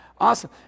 Awesome